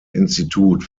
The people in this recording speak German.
institut